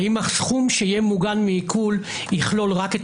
האם הסכום שיהיה מוגן מעיקול יכלול רק את